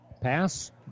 Pass